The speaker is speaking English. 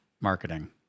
marketing